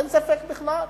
אין ספק בכלל.